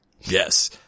Yes